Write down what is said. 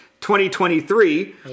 2023